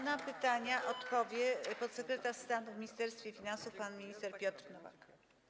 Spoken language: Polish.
Na pytania odpowie podsekretarz stanu w Ministerstwie Finansów pan minister Piotr Nowak.